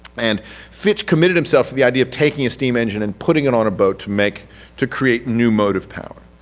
and fitch committed himself with the idea of taking a steam engine and putting it on a boat to make to create new motive power.